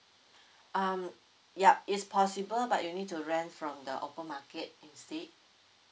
um ya it's possible but you need to rent from the open market instead